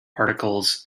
articles